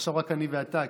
עכשיו רק אני ואתה,